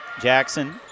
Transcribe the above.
Jackson